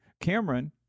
Cameron